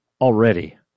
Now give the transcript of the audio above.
already